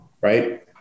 right